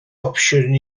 opsiwn